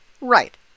Right